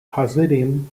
hasidim